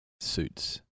suits